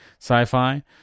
sci-fi